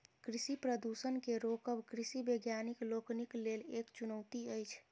कृषि प्रदूषण के रोकब कृषि वैज्ञानिक लोकनिक लेल एक चुनौती अछि